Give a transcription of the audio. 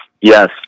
Yes